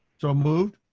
so moved.